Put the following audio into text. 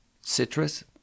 citrus